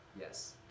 Yes